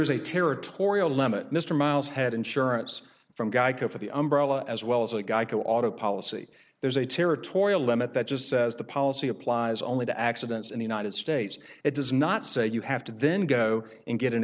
is a territorial limit mr miles had insurance from geico for the umbrella as well as a geico auto policy there's a territorial limit that just says the policy applies only to accidents in the united states it does not say you have to then go and get an